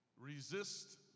resist